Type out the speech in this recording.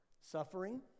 Suffering